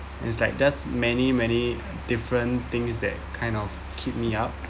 it's like there's many many different things that kind of keep me up